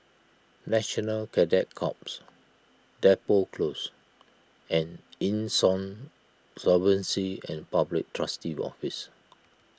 National Cadet Corps Depot Close and Insolvency and Public Trustee's Office